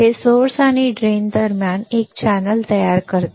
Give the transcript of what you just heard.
हे स्त्रोत आणि ड्रेन दरम्यान एक चॅनेल तयार करते